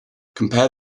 compare